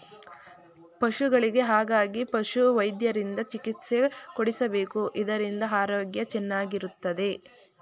ಪಶುಗಳಿಗೆ ಹಾಗಾಗಿ ಪಶುವೈದ್ಯರಿಂದ ಚಿಕಿತ್ಸೆ ಕೊಡಿಸಬೇಕು ಇದರಿಂದ ಆರೋಗ್ಯ ಚೆನ್ನಾಗಿರುತ್ತದೆ